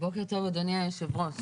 בוקר טוב, אדוני היושב-ראש.